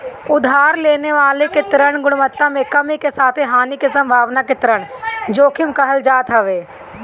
उधार लेवे वाला के ऋण गुणवत्ता में कमी के साथे हानि के संभावना के ऋण जोखिम कहल जात हवे